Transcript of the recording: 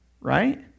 right